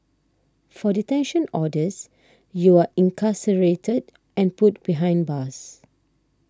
for detention orders you're incarcerated and put behind bars